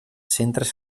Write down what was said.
centres